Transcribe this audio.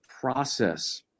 process